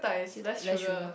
siew dai less sugar